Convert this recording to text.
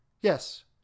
Yes